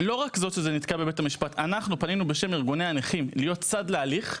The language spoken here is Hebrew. אנחנו פנינו בשם ארגוני הנכים כדי להיות צד להליך,